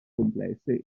complesse